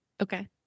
Okay